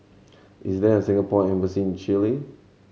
is there a Singapore Embassy in Chile